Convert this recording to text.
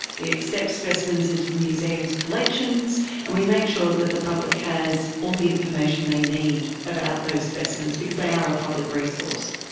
we accept specimens into the museum's collections and we make sure that the public has all the information they need about those specimens, because they are a public resource.